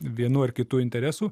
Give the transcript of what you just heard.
vienų ar kitų interesų